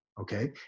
okay